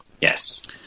Yes